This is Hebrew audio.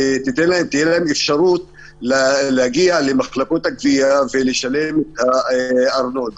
את האפשרות להגיע למחלקות הגבייה ולשלם ארנונה.